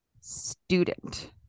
student